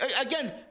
again